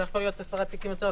זה יכול להיות 10 תיקים יותר או